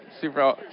Super